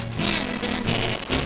tenderness